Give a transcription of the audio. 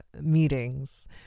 meetings